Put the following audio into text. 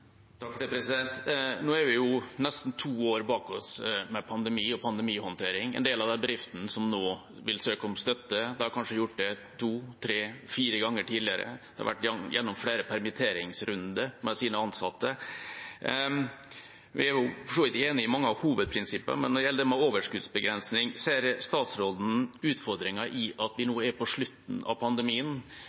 Nå har vi nesten to år bak oss med pandemi og pandemihåndtering. En del av de bedriftene som nå vil søke om støtte, har kanskje gjort det to, tre, fire ganger tidligere, de har vært gjennom flere permitteringsrunder med sine ansatte. Vi er for så vidt enig i mange av hovedprinsippene, men når det gjelder det med overskuddsbegrensning: Ser statsråden utfordringen i at vi nå er på slutten av pandemien,